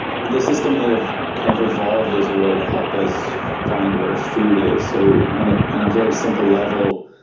the system may have kind of evolved as a way to help us find where food is. so on ah and a very simple level,